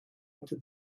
into